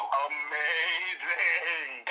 amazing